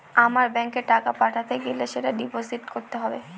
আমার ব্যাঙ্কে টাকা পাঠাতে গেলে সেটা ডিপোজিট করতে হবে